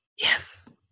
Yes